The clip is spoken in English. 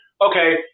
okay